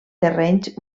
terrenys